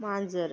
मांजर